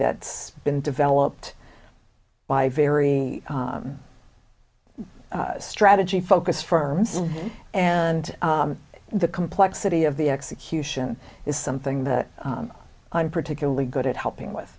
that's been developed by very strategy focused firms and the complexity of the execution is something that i'm particularly good at helping with